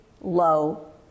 low